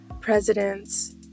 presidents